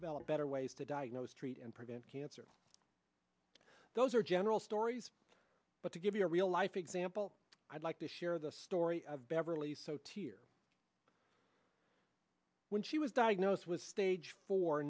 develop better ways to diagnose treat and prevent cancer those are general stories but to give you a real life example i'd like to share the story of beverly so to hear when she was diagnosed with stage fo